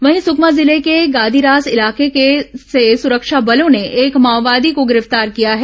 वहीं सुकमा जिले के गादीरास इलाके से सुरक्षा बलों ने एक माओवादी को गिरफ्तार किया है